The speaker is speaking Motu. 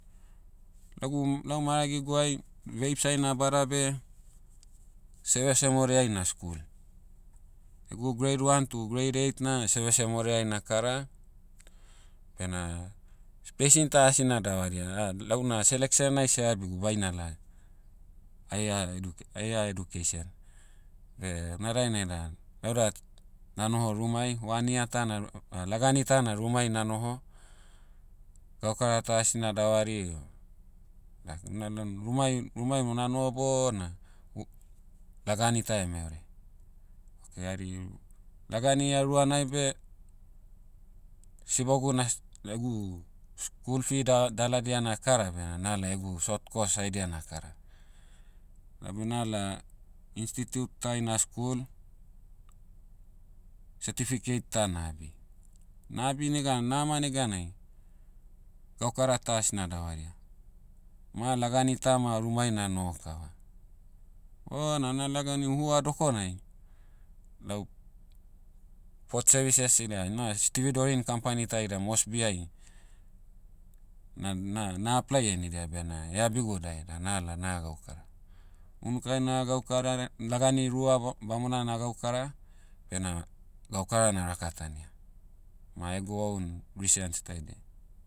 Lagu, lau maragiguai, veibs ai nabada beh, sevese moreai na'skul. Egu grade one to grade eight na sevese moreai na'kara. Bena, spacing ta asina davaria, lau na selection ai seh abigu bainala, higher edu- higher education. Beh na dainai da, lau da, na noho rumai one year ta naro- o lagani ta na rumai na'noho, gakara ta asi na'davari o, dak- nala- rumai- rumai mo na'noho bona, wo- lagani ta eme ore. Okay hari, lagani iha ruanai beh, sibogu nas- egu, school fee da- daladia na'kara bena nala egu short course haidia nakara. Nabe nala, institute tai na'skul, certificate ta na'abi. Na'abi negan nama neganai, gaukara ta asna davaria. Ma lagani tama rumai na'noho kava. Bona na lagani hua dokonai, lau, port services ida na stevedoring company ta ida mosbi'ai, na- na- na apply henidia bena eabigu dae da nala naha gaukara. Unukai naha gaukara, lagani rua ba- bamona na'gaukara, bena gaukara na'rakatania. Ma egu own, reasons daidiai.